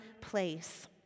place